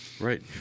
Right